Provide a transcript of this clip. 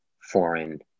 foreign